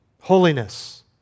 Holiness